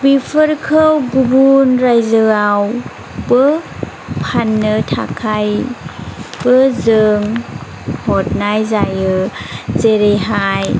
बेफोरखौ गुबुन रायजोआवबो फाननो थाखायबो जों हरनाय जायो जेरैहाय